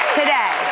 today